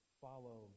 follow